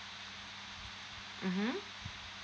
mmhmm